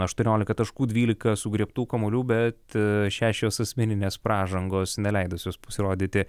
aštuoniolika taškų dvylika sugriebtų kamuolių bet šešios asmeninės pražangos neleidusios pasirodyti